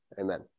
Amen